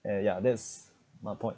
and ya that's my point